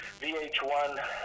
VH1